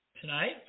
Tonight